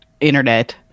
Internet